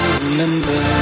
remember